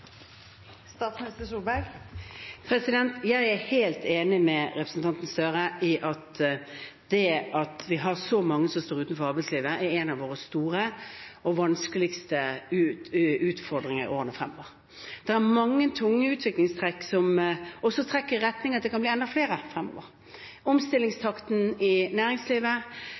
Jeg er helt enig med representanten Gahr Støre i at det at vi har så mange som står utenfor arbeidslivet, er en av våre store og vanskeligste utfordringer i årene fremover. Det er mange tunge utviklingstrekk som også trekker i retning av at det kan bli enda flere fremover. Omstillingstakten i næringslivet,